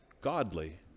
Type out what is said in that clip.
godly